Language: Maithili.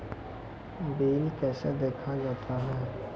बिल कैसे देखा जाता हैं?